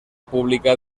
pública